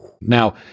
Now